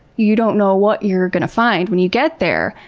you don't know what you're going to find when you get there.